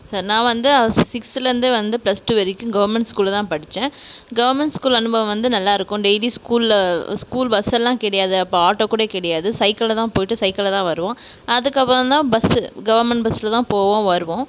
sir நான் வந்து சி சிக்ஸுலேருந்தே வந்து ப்ளஸ் டூ வரைக்கும் கவர்மெண்ட் ஸ்கூலில் தான் படித்தேன் கவர்மெண்ட் ஸ்கூல் அனுபவம் வந்து நல்லாயிருக்கும் டெய்லி ஸ்கூலில் ஸ்கூல் பஸ்ஸெல்லாம் கிடையாது அப்போது ஆட்டோ கூட கிடையாது சைக்கிளில் தான் போயிட்டு சைக்கிளில் தான் வருவோம் அதுக்கப்புறம் தான் பஸ்ஸு கவர்மெண்ட் பஸ்ஸில் தான் போவோம் வருவோம்